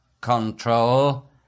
control